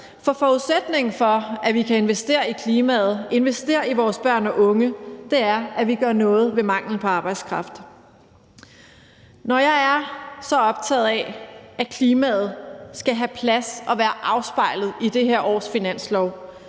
for forudsætningen for, at vi kan investere i klimaet, investere i vores børn og unge, er, at vi gør noget ved manglen på arbejdskraft. Når jeg er så optaget af, at klimaet skal have plads og være afspejlet i det her års finanslov,